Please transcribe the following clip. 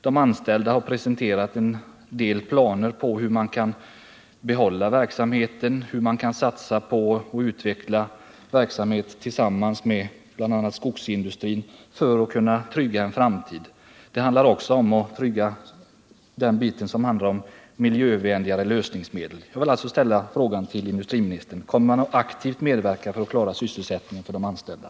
De anställda har presenterat en del lösningar på hur man skulle kunna bibehålla verksamheten, t.ex. lösningar som innebär att man skulle satsa på och utveckla verksamhet tillsammans med bl.a. skogsindustrin för att därmed trygga en framtid för anläggningen. Man har också tagit upp frågor som hänger samman med hur man skall kunna få fram miljövänligare lösningsmedel.